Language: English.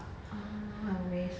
ah what a waste